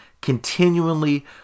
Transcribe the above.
continually